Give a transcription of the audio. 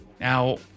Now